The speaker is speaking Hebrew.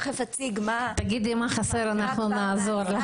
תגידי מה חסר, אנחנו נעזור.